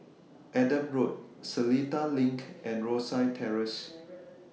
Adam Road Seletar LINK and Rosyth Terrace